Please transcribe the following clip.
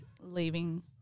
leaving